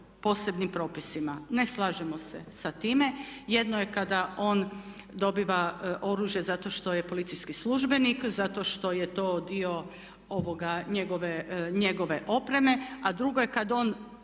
posebnim propisima. Ne slažemo se sa time. Jedno je kada on dobiva oružje zato što je policijski službenik, zato što je to dio njegove opreme, a drugo je kad ono